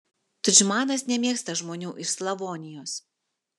tudžmanas nemėgsta žmonių iš slavonijos